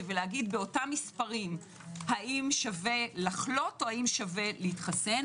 ולומר באותם מספרים האם שווה לחלות או להתחסן,